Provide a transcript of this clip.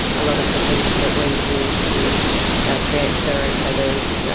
a lot of the things that we use to create fur and feathers,